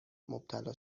مبتلا